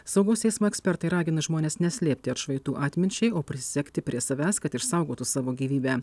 saugaus eismo ekspertai ragina žmones neslėpti atšvaitų atminčiai o prisegti prie savęs kad išsaugotų savo gyvybę